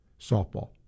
softball